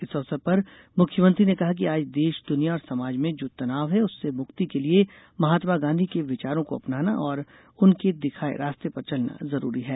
इस अवसर पर मुख्यमंत्री ने कहा कि आज देश दुनिया और समाज में जो तनाव है उससे मुक्ति के लिये महात्मा गांधी के विचारों को अपनाना और उनके दिखाये रास्ते पर चलना जरूरी है